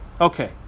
Okay